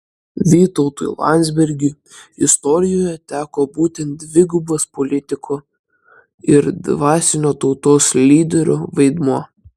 vytautui landsbergiui istorijoje teko būtent dvigubas politiko ir dvasinio tautos lyderio vaidmuo